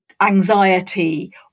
anxiety